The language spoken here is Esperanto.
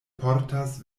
portas